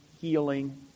healing